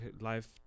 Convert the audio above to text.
life